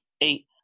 eight